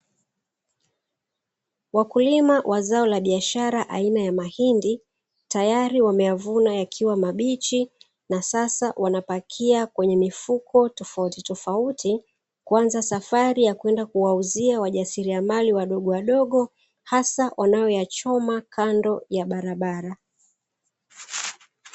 Wakulima wa zao la biashara aina ya "Mahindi", tayari wameyavuna yakiwa mabichi na sasa wanapakia kwenye mifuko tofautitofauti kuanza safari ya kwenda kuwauzia wajasiriamali wadogowadogo, hasa wanaoyachoma kando ya barabara.